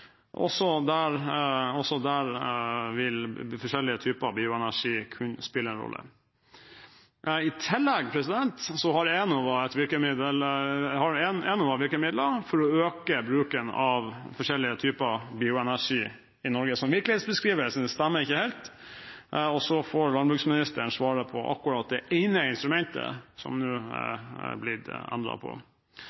Også der vil forskjellige typer bioenergi kunne spille en rolle. I tillegg har Enova virkemidler for å øke bruken av forskjellige typer bioenergi i Norge. Så virkelighetsbeskrivelsen stemmer ikke helt, og landbruksministeren får svare på spørsmål om akkurat det ene instrumentet som det nå er